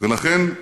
ולכן,